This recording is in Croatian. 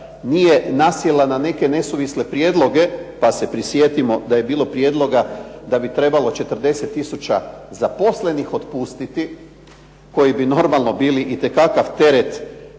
nije nasjela ne neke nesuvisle prijedloge pa se prisjetimo da je bilo prijedloga da bi trebalo 40 tisuća zaposlenih otpustiti koji bi normalno bili itekakav teret